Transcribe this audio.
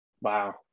Wow